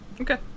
Okay